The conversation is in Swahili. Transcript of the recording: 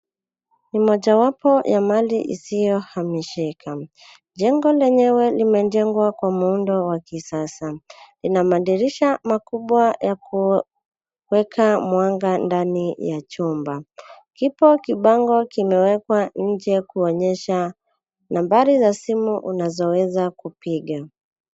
Moja wapo ya mali isiyohamishika. Jengo lenyewe limejengwa kwa muundo wa kisasa. Ina madirisha makubwa ya kuweka mwanga ndani ya chumba. Kipo kibango kimewekwa nje kuonyesha nambari za simu unazoweza kupiga.